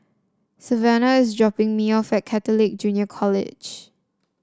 Savanah is dropping me off at Catholic Junior College